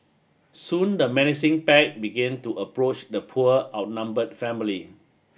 soon the menacing pack began to approach the poor outnumbered family